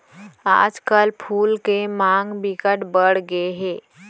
आजकल फूल के मांग बिकट बड़ गे हे